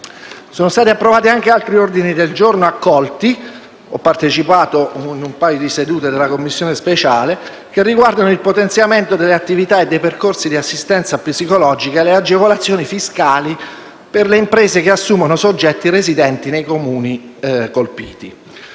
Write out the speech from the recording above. da parte del Governo di altri ordini del giorno - ho partecipato ad un paio di sedute della Commissione speciale - riguardanti il potenziamento delle attività e dei percorsi di assistenza psicologica e le agevolazioni fiscali per le imprese che assumono soggetti residenti nei Comuni colpiti.